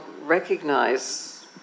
recognize